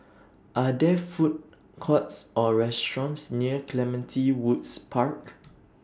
Are There Food Courts Or restaurants near Clementi Woods Park